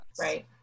Right